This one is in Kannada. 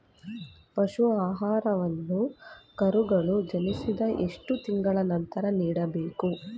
ಪಶು ಆಹಾರವನ್ನು ಕರುಗಳು ಜನಿಸಿದ ಎಷ್ಟು ತಿಂಗಳ ನಂತರ ನೀಡಬೇಕು?